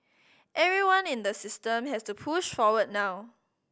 everyone in the system has to push forward now